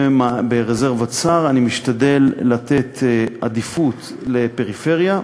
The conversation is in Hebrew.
ברזרבת שר אני משתדל לתת עדיפות לפריפריה,